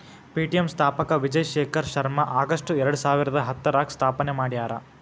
Paytm ಸ್ಥಾಪಕ Vijay Shekhar Sharma August ಎರಡಸಾವಿರದ ಹತ್ತರಾಗ ಸ್ಥಾಪನೆ ಮಾಡ್ಯಾರ